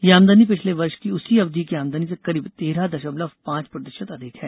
ये आमदनी पिछले वर्ष की उसी अवधि की आमदनी से करीब तेरह दशमलव पांच प्रतिशत अधिक हैं